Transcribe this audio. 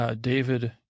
David